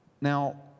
now